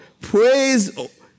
Praise